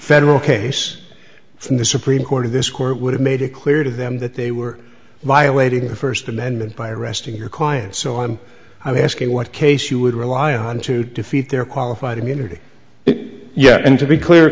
federal case from the supreme court of this court would have made it clear to them that they were violating the first amendment by arresting your client so i'm i asking what case you would rely on to defeat their qualified immunity yet and to be clear